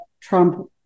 trump